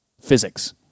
physics